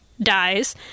dies